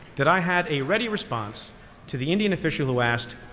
that i had a ready response to the indian official who asked,